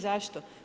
Zašto?